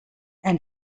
and